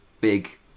Big